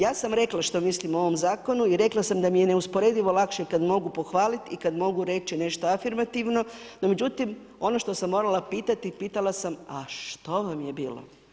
Ja sam rekla što mislim o ovom Zakonu i rekla sam da mi je neusporedivo lakše kad mogu pohvalit i kad mogu reći nešto afirmativno, no međutim, ono što sam morala pitati – pitala sam: „A što vam je bilo?